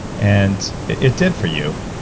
and it did for you.